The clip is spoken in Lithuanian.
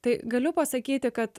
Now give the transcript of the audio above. tai galiu pasakyti kad